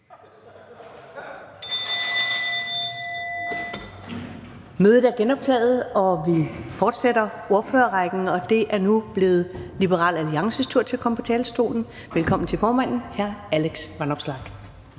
Mødet er genoptaget. Vi fortsætter ordførerrækken, og det er nu blevet Liberal Alliances tur til at komme på talerstolen. Velkommen til formanden for Liberal Alliance,